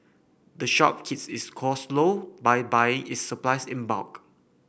the shop keeps its costs low by buying its supplies in bulk